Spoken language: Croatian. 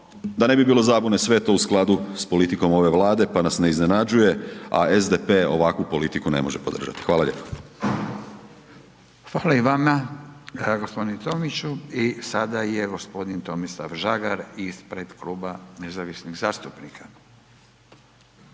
da ne bi bilo zabune, sve je to u skladu sa politikom ove Vlade pa nas ne iznenađuje a SDP ovakvu politiku ne može podržati. Hvala lijepo. **Radin, Furio (Nezavisni)** Hvala i vama, g. Tomiću. I sada je g. Tomislav Žagar ispred Kluba nezavisnih zastupnika.